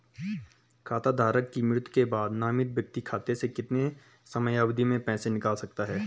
खाता धारक की मृत्यु के बाद नामित व्यक्ति खाते से कितने समयावधि में पैसे निकाल सकता है?